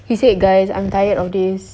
he said guys I'm tired of this